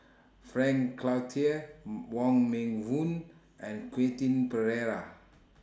Frank Cloutier Wong Meng Voon and Quentin Pereira